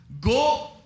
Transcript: Go